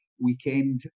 weekend